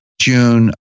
June